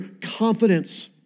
confidence